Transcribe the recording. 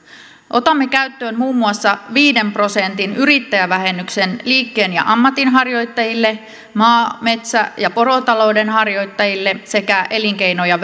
otamme käyttöön muun muassa viiden prosentin yrittäjävähennyksen liikkeen ja ammatinharjoittajille maa metsä ja porotalouden harjoittajille sekä elinkeino ja